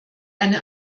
eine